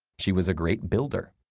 she was a great builder.